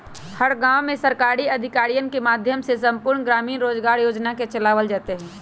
हर गांव में सरकारी अधिकारियन के माध्यम से संपूर्ण ग्रामीण रोजगार योजना के चलावल जयते हई